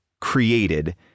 created